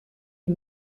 les